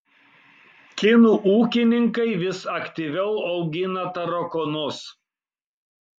kinų ūkininkai vis aktyviau augina tarakonus